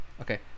Okay